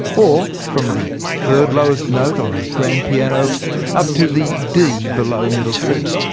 or from the third lowest note on a grand piano up to the d below middle c.